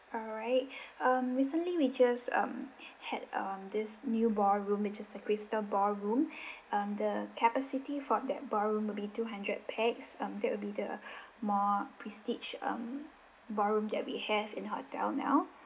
alright um recently we just um had um this new ballroom which is the crystal ballroom um the capacity for that ballroom will be two hundred pax um that will be the more prestige um ballroom that we have in the hotel now